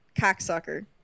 Cocksucker